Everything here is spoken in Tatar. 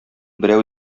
берәү